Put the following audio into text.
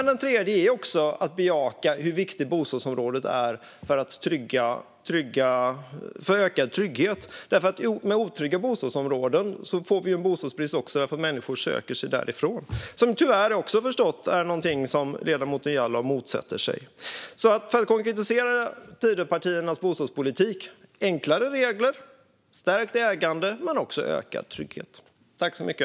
Det tredje är att bejaka hur viktigt bostadsområdet är för ökad trygghet. Med otrygga bostadsområden får vi bostadsbrist därför att människor söker sig därifrån. Detta är också något som jag har förstått att ledamoten Jallow tyvärr motsätter sig. För att konkretisera Tidöpartiernas bostadspolitik: enklare regler, stärkt ägande men också ökad trygghet.